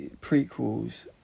prequels